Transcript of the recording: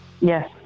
Yes